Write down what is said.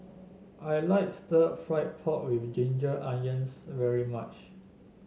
I like stir fry pork with Ginger Onions very much